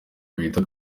bita